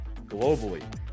globally